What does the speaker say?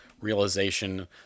realization